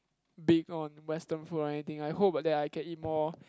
being on western food or anything I hope that I can eat more